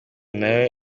nayo